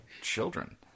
children